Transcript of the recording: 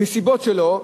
מסיבות שלו,